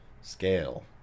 scale